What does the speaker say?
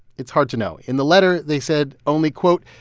it's hard to know. in the letter, they said only, quote,